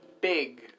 big